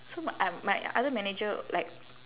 so my um my other manager like